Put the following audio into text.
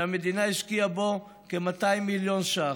שהמדינה השקיעה בו כ-200 מיליון שקלים,